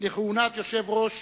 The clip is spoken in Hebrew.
לכהונת יושב-ראש